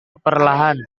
perlahan